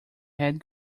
had